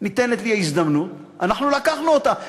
ניתנת לנו הזדמנות, אנחנו לקחנו אותה.